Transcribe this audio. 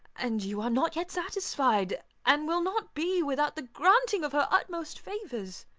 and you are not yet satisfied, and will not be without the granting of her utmost favours?